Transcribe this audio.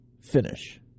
finish